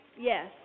Yes